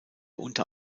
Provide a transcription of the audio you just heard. unter